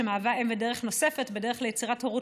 שמהווה אבן דרך נוספת בדרך ליצירת הורות